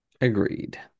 Agreed